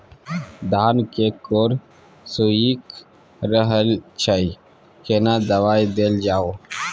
धान के कॉर सुइख रहल छैय केना दवाई देल जाऊ?